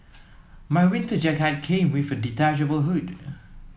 my winter jacket came with a detachable hood